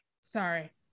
Sorry